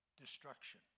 destruction